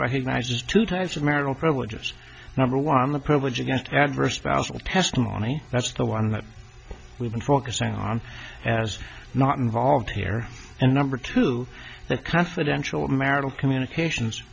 recognizes two types of marital privileges number one the privilege against adverse spousal testimony that's the one that we've been focusing on as not involved here and number two that confidential marital communications